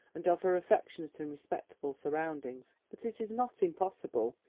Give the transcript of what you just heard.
and of her affectionate and respectable surroundings. but it is not impossible.